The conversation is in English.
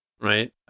right